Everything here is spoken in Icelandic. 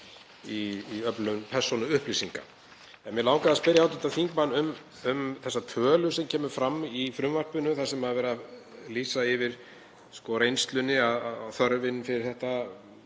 í öflun persónuupplýsinga. En mig langaði að spyrja hv. þingmann um töluna sem kemur fram í frumvarpinu þar sem verið er að lýsa yfir reynslunni, að þörfin fyrir þetta